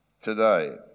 today